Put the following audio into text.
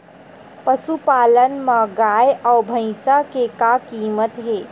पशुपालन मा गाय अउ भंइसा के का कीमत हे?